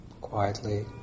quietly